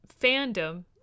fandom